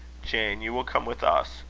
jane, you will come with us.